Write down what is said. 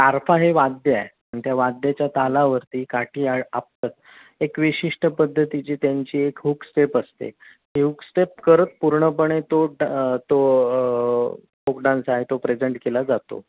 तारपा हे वाद्य आहे आणि त्या वाद्याच्या तालावरती काठी आ आपटत एक विशिष्ट पद्धतीची त्यांची एक हुक स्टेप असते ती हुक स्टेप करत पूर्णपणे तो डा तो फोक डान्स आहे तो प्रेझेंट केला जातो